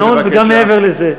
במסגרת התקנון וגם מעבר לזה.